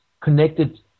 connected